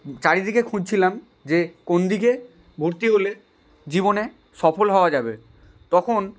চারিদিকে খুঁজছিলাম যে কোনদিকে ভর্তি হলে জীবনে সফল হওয়া যাবে তখন